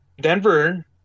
Denver